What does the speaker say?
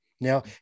Now